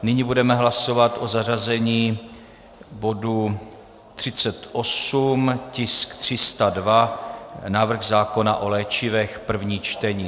Nyní budeme hlasovat o zařazení bodu 38, tisk 302, návrh zákona o léčivech, první čtení.